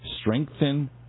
Strengthen